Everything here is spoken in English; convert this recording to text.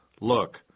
Look